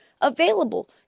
available